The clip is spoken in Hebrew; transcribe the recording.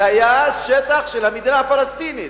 זה שטח של המדינה הפלסטינית,